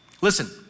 Listen